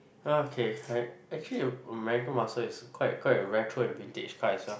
okay I actually American muscle is quite quite a retro and British car as well